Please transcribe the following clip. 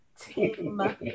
team